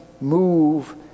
move